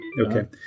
Okay